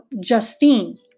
Justine